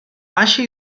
baixa